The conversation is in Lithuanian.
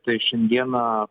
tai šiandieną